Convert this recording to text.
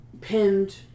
pinned